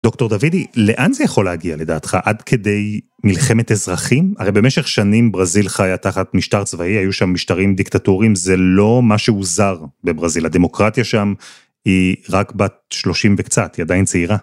דוקטור דודי, לאן זה יכול להגיע לדעתך? עד כדי מלחמת אזרחים? הרי במשך שנים ברזיל חיה תחת משטר צבאי, היו שם משטרים דיקטטורים, זה לא משהו זר בברזיל. הדמוקרטיה שם היא רק בת 30 וקצת, היא עדיין צעירה.